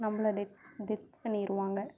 நம்மள death death பண்ணிடுவாங்க